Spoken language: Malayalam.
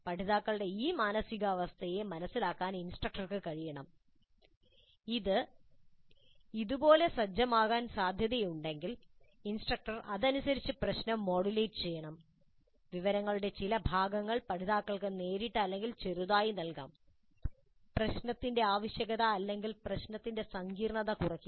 പഠിതാക്കളുടെ ഈ മാനസികാവസ്ഥ മനസ്സിലാക്കാൻ ഇൻസ്ട്രക്ടർക്ക് കഴിയണം ഇത് ഇതുപോലെ സജ്ജമാകാൻ സാധ്യതയുണ്ടെങ്കിൽ ഇൻസ്ട്രക്ടർ അതിനനുസരിച്ച് പ്രശ്നം മോഡുലേറ്റ് ചെയ്യണം വിവരങ്ങളുടെ ചില ഭാഗങ്ങൾ പഠിതാക്കൾക്ക് നേരിട്ട് അല്ലെങ്കിൽ ചെറുതായി നൽകാം പ്രശ്നത്തിന്റെ അവ്യക്തത അല്ലെങ്കിൽ പ്രശ്നത്തിന്റെ സങ്കീർണ്ണത കുറയ്ക്കുക